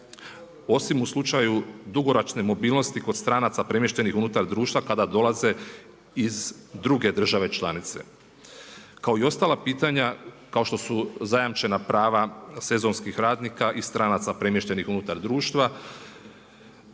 osim u slučaju dugoročne mobilnosti kod stranaca premještenih unutar društva kada dolaze iz druge države članice kao i ostala pitanja kao što su zajamčena prava sezonskih radnika i stranaca premještenih unutar društva,